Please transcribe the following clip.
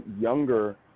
younger